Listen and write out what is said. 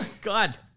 God